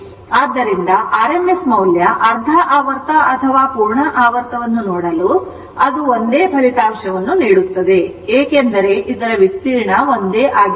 ಆದ್ದರಿಂದ ಆರ್ಎಂಎಸ್ ಮೌಲ್ಯ ಅರ್ಧ ಆವರ್ತ ಅಥವಾ ಪೂರ್ಣ ಆವರ್ತವನ್ನು ನೋಡಲು ಅದು ಒಂದೇ ಫಲಿತಾಂಶವನ್ನು ನೀಡುತ್ತದೆ ಏಕೆಂದರೆ ಇದರ ವಿಸ್ತೀರ್ಣ ಒಂದೇ ಆಗಿರುತ್ತದೆ